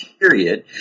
period